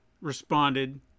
responded